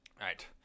Right